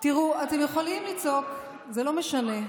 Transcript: תראו, אתם יכולים לצעוק, זה לא משנה.